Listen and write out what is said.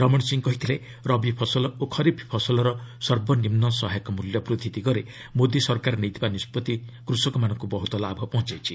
ରମଣ ସିଂ କହିଥିଲେ ରବି ଫସଲ ଓ ଖରିଫ୍ ଫସଲର ସର୍ବନିମ୍ନ ସହାୟକ ମୂଲ୍ୟ ବୃଦ୍ଧି ଦିଗରେ ମୋଦି ସରକାର ନେଇଥିବା ନିଷ୍ପଭି କୃଷକମାନଙ୍କୁ ବହୁତ ଲାଭ ପହଞ୍ଚାଇଛି